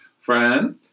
friend